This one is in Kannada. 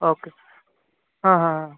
ಓಕೆ ಹಾಂ ಹಾಂ